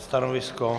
Stanovisko?